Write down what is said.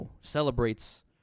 celebrates